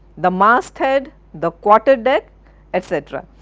the mast-head, the quarter-deck etc.